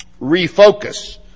refocus